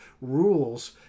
rules